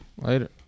Later